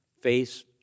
face